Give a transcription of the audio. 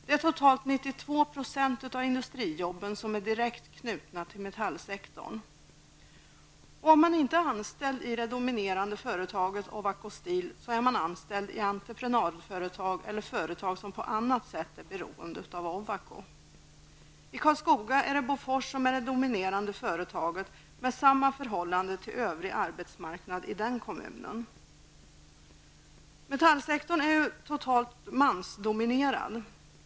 Det är totalt 92 % av industrijobben som är direkt knutna till metallsektorn. Om man inte är anställd i det dominerande företaget Ovako Steel är man anställd i entreprenadföretag eller företag som på annat sätt är beroende av Ovako Steel. I Karlskoga är Bofors det dominerande företaget med samma förhållande till övrig arbetsmarknad i kommunen. Metallsektorn är totalt mansdominerad.